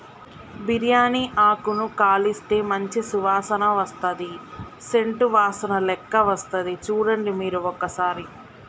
బిరియాని ఆకును కాలిస్తే మంచి సువాసన వస్తది సేంట్ వాసనలేక్క వస్తది చుడండి మీరు ఒక్కసారి